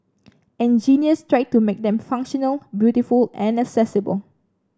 engineers tried to make them functional beautiful and accessible